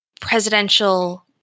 presidential